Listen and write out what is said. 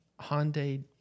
Hyundai